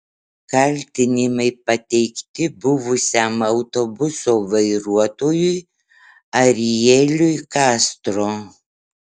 kaltinimai pateikti buvusiam autobuso vairuotojui arieliui kastro